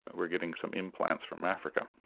we are getting some implants from africa.